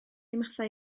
mathau